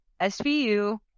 SVU